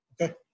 Okay